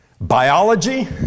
biology